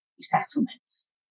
settlements